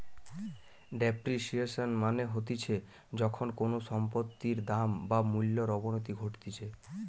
depreciation মানে হতিছে যখন কোনো সম্পত্তির দাম বা মূল্যর অবনতি ঘটতিছে